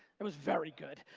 it was very good.